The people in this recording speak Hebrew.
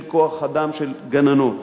של כוח-אדם של גננות.